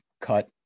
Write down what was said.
cut